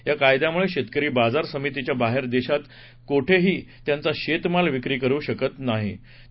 या कायद्यामुळे शेतकरी बाजार समितीच्या बाहेर देशात कोठेही त्यांचा शेतमाल विक्री करू शकतो